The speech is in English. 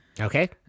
Okay